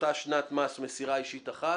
באותה שנת מס מסירה אישית אחת,